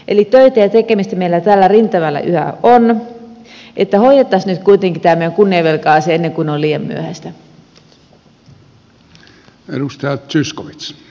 eli töitä ja tekemistä meillä tällä rintamalla yhä on että hoidettaisiin nyt kuitenkin tämä meidän kunniavelka asia ennen kuin on liian myöhäistä